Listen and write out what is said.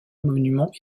monument